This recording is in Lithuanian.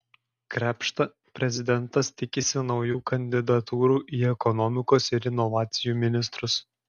krėpšta prezidentas tikisi naujų kandidatūrų į ekonomikos ir inovacijų ministrus